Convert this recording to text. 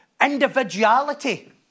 individuality